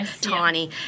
tiny